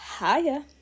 Hiya